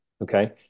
okay